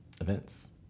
events